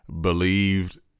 believed